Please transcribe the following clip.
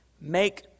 Make